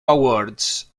awards